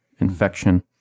infection